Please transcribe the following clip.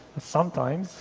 sometimes